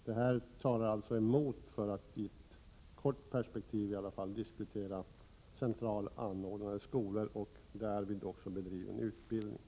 Det här talar alltså emot att, i varje falli ett kort perspektiv, diskutera centralt anordnade skolor och där bedriven utbildning.